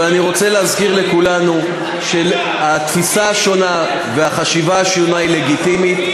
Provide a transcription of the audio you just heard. אבל אני רוצה להזכיר לכולנו שתפיסה שונה וחשיבה שונה הן לגיטימיות,